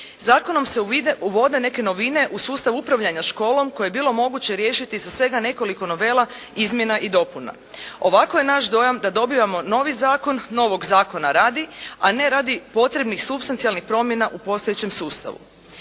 Zakonom se uvode neke novine u sustav upravljanja školom koje je bilo moguće riješiti sa svega nekoliko novela izmjena i dopuna. Ovako je naš dojam da dobivamo novi zakon novog zakona radi a ne radi potrebnih substancijalnih promjena u postojećem sustavu.